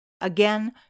Again